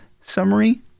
summary